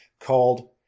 called